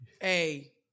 Hey